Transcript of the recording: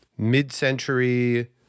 mid-century